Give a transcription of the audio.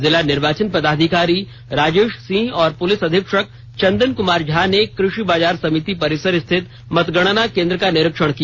जिला निर्वाचन पदाधिकारी राजेश सिंह और पुलिस अधीक्षक चंदन कुमार झा ने कृषि बाजार समिति परिसर स्थित मतगणना केंद्र का निरीक्षण किया